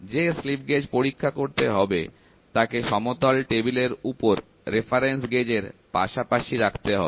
যে slip gauge পরীক্ষা করতে হবে তাকে সমতল টেবিলের উপর রেফারেন্স গেজ এর পাশাপাশি রাখতে হবে